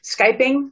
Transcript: Skyping